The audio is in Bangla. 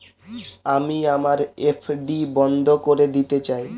আমি আমার এফ.ডি বন্ধ করে দিতে চাই